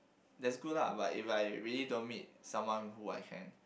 that's good lah but if I really don't meet someone who I can